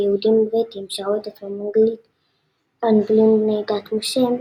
ויהודים בריטים שראו עצמם "אנגלים בני דת משה",